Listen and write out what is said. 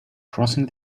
crossing